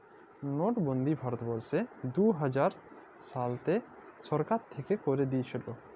লটবল্দি ভারতবর্ষে দু হাজার শলতে সরকার থ্যাইকে ক্যাইরে দিঁইয়েছিল